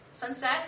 sunset